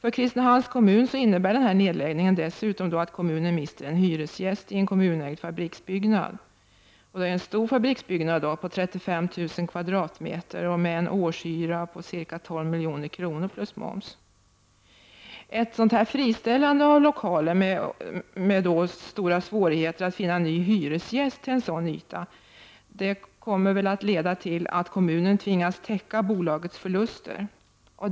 För Kristinehamns kommun innebär denna nedläggning dessutom att kommunen mister en hyresgäst i en kommunägd farbriksbyggnad på 35 000 m? med en årshyra på ca 12 milj.kr. plus moms. Ett friställande av dessa lokaler med åtföljande svårigheter att finna ny hyresgäst till en sådan yta kommer att leda till att kommunen tvingas täcka bolagets förluster.